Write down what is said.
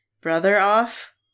brother-off